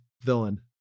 villain